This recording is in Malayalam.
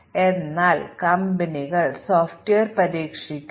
അതിനാൽ ഞങ്ങൾ നിങ്ങളോട് ഒരു ചോദ്യം ചോദിക്കട്ടെ